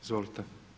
Izvolite.